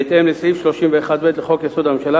בהתאם לסעיף 31 לחוק-יסוד: הממשלה,